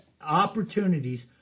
opportunities